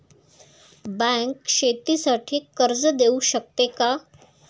Bank शेतीसाठी कर्ज देऊ शकते का?